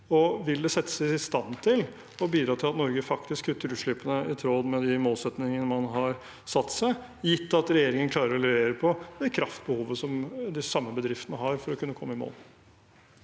vil det settes i stand til å bidra til at Norge faktisk kutter utslippene i tråd med de målsettinger man har satt seg, gitt at regjeringen klarer å levere på det kraftbehovet de samme bedriftene har for å kunne komme i mål?